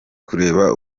kureba